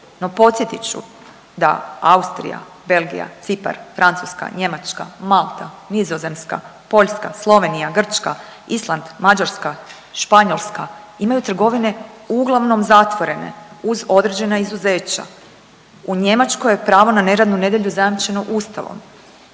No podsjetit ću da Austrija, Belgija, Cipar, Francuska, Njemačka, Malta, Nizozemska, Poljska, Slovenija, Grčka, Island, Mađarska, Španjolska imaju trgovine uglavnom zatvorene uz određena izuzeća. U Njemačkoj je pravo na neradnu nedjelju zajamčeno ustavom.